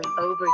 over